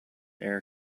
air